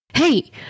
Hey